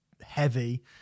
heavy